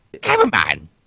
Cameraman